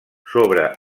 sobre